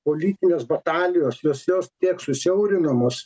politinės batalijos jos juos tiek susiaurinamos